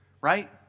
right